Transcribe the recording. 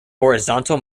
horizontal